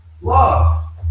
Love